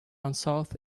unsought